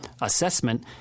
assessment